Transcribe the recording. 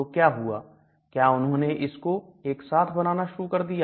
तो क्या हुआ क्या उन्होंने इस को एक साथ बनाना शुरू कर दिया